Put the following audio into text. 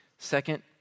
Second